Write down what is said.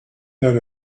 that